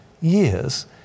years